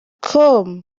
com